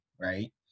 right